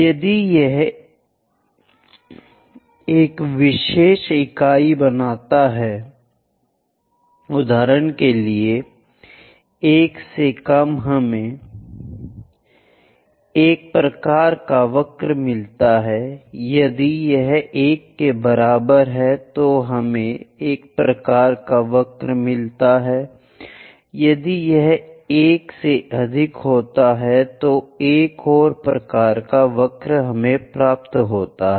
यदि यह एक विशेष इकाई बनाता है उदाहरण के लिए 1 से कम हमें एक प्रकार का वक्र मिलता है यदि यह 1 के बराबर है तो हमें एक प्रकार का वक्र मिलता है यदि यह 1 से अधिक है तो हमें एक और प्रकार का वक्र प्राप्त होता है